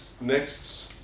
Next